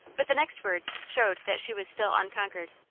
but the next words showed that she was still unconquered.